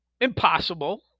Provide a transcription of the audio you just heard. impossible